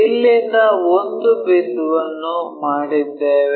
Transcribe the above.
ಇಲ್ಲಿಂದ ಒಂದು ಬಿಂದುವನ್ನು ಮಾಡಿದ್ದೇವೆ